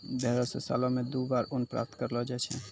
भेड़ो से सालो मे दु बार ऊन प्राप्त करलो जाय छै